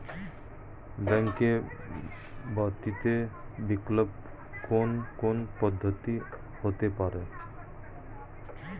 Bank ব্যতীত বিকল্প কোন কোন পদ্ধতিতে হতে পারে?